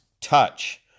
touch